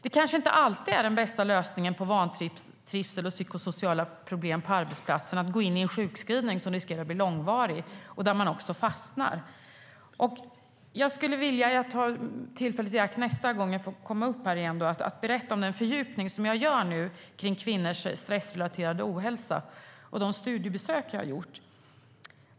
Det kanske inte alltid är den bästa lösningen på vantrivsel och psykosociala problem på arbetsplatsen att gå in i en sjukskrivning som riskerar att bli långvarig och där man också fastnar.I mitt nästa inlägg ska jag berätta om den fördjupning jag nu gör kring kvinnors stressrelaterade ohälsa och de studiebesök jag har gjort.